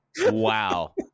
Wow